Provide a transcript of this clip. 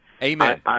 Amen